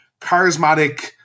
Charismatic